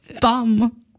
Bum